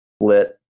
lit